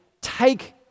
take